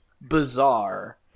bizarre